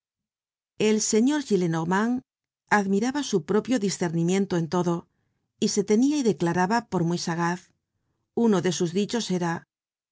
el señor gillenormand admiraba su propio discernimiento en todo y se tenia y declaraba por muy sagaz uno de sus dichos era